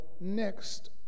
next